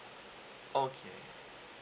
okay